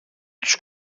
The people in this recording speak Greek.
τους